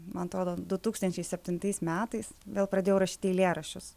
man atrodo du tūkstančiai septintais metais vėl pradėjau rašyti eilėraščius